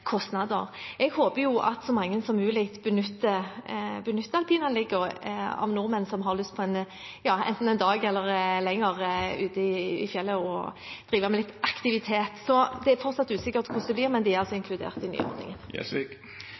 kostnader. Jeg håper så mange nordmenn som mulig som har lyst på en dag eller mer ute i fjellet for å drive med litt aktivitet, benytter alpinanleggene. Det er fortsatt usikkert hvordan det blir, men de er altså inkludert